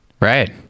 Right